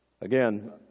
Again